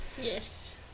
Yes